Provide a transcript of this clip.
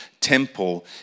temple